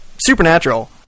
supernatural